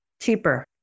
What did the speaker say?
cheaper